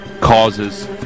causes